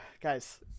guys